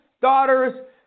daughters